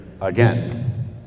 again